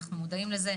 אנחנו מודעים לזה,